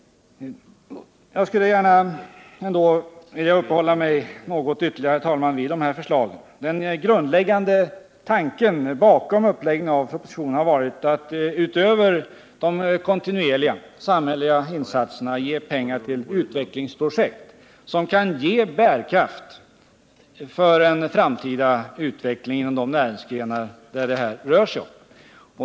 Jag skulle, herr talman, gärna vilja uppehålla mig något ytterligare vid dessa förslag. Den grundläggande tanken bakom uppläggningen av proposivionen har varit att utöver de kontinuerliga samhälleliga insatserna ge pengar till utvecklingsprojekt som kan ge bärkraft för en framtida utveckling inom de näringsgrenar som det här rör sig om.